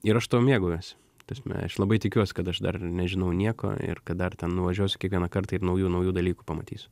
ir aš tuo mėgaujuosi ta prasme aš labai tikiuos kad aš dar nežinau nieko ir kad dar ten nuvažiuosiu kiekvieną kartą ir naujų naujų dalykų pamatysiu